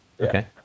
Okay